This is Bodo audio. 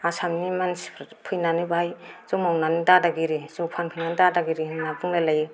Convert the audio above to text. आसामनि मानसिफोर फैनानै बेवहाय जौ मावनानै दादागिरि जौ फानफैनानै दादागिरि होन्ना बुंलायलायो